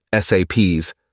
SAPs